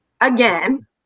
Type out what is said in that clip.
again